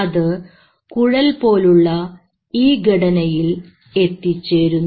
അത് കുഴൽ പോലെയുള്ള ഈ ഘടനയിൽ എത്തിച്ചേരുന്നു